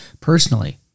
personally